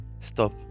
Stop